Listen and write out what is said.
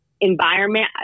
environment